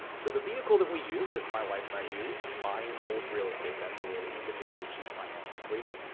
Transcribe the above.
so the vehicle that we use, that my wife and i use, is buy and hold real estate. that's the way that we've been able to achieve financial freedom.